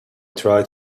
tried